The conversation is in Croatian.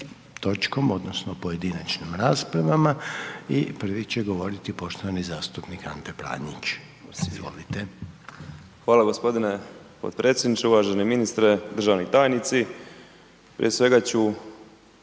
točkom odnosno pojedinačnim raspravama i prvi će govoriti poštovani zastupnik Ante Pranić, izvolite. **Pranić, Ante (NLM)** Hvala g. potpredsjedniče. Uvaženi ministre, državni tajnici, prije svega ću,